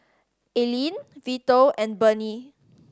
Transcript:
Alene Vito and Burney